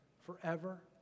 forever